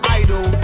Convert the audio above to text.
idol